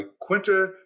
Quinta